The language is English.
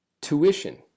Tuition